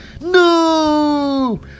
No